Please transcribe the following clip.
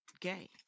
gay